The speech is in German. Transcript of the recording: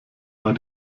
war